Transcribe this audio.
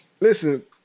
Listen